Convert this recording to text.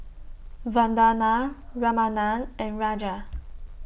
Vandana Ramanand and Raja